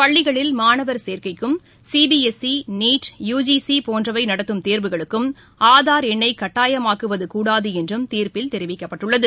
பள்ளிகளில் மாணவர் சேர்க்கைக்கும் சிபிஎஸ்இ நீட் யுஜிசி போன்றவை நடத்தும் தேர்வுகளுக்கும் கட்டாயமாக்குவது கூடாது என்றும் தீர்ப்பில் தெரிவிக்கப்பட்டுள்ளது